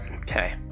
Okay